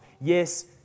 Yes